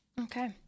Okay